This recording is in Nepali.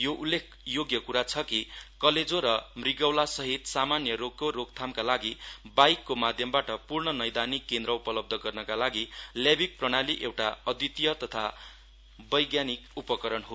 यो उल्लेख योग्य क्रा छ कि कलेजो र मृगौलासहित सामान्य रोगको रोकथामका लागि बाईकको माध्यबाट पूर्ण नैपानिक केन्द्र उपलब्ध गर्नमा लागि ल्याबिक प्रणाली एउटा अद्वितिय तथा वैज्ञानिक उपकरण हो